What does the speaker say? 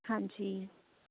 ਹਾਂਜੀ